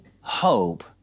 hope